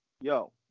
yo